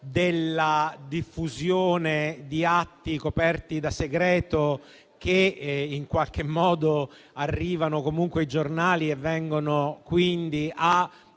della diffusione di atti coperti da segreto che in qualche modo arrivano comunque ai giornali, facendo venire